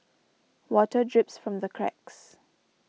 water drips from the cracks